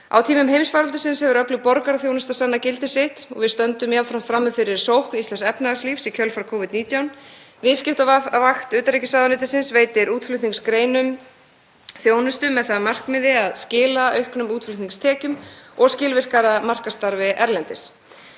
Á tímum heimsfaraldursins hefur öflug borgaraþjónusta sannað gildi sitt og við stöndum jafnframt frammi fyrir sókn íslensks efnahagslífs í kjölfar Covid-19. Viðskiptavakt utanríkisráðuneytisins veitir útflutningsgreinum þjónustu með það að markmiði að skila auknum útflutningstekjum og skilvirkara markaðsstarfi erlendis.